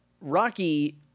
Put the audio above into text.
Rocky